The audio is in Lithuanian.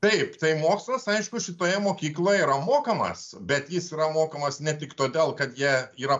taip tai mokslas aišku šitoje mokykloje yra mokamas bet jis yra mokamas ne tik todėl kad jie yra